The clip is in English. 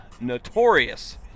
notorious